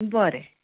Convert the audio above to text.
बरें